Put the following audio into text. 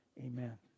amen